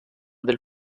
del